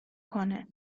کنه